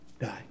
die